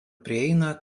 prieina